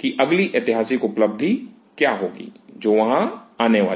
कि अगली ऐतिहासिक उपलब्धि क्या होगी जो वहां आने वाली है